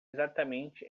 exatamente